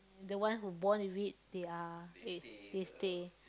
the one who born with it they are they they stay